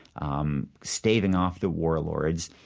um staving off the warlords.